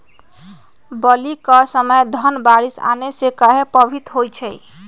बली क समय धन बारिस आने से कहे पभवित होई छई?